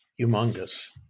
humongous